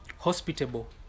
Hospitable